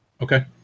Okay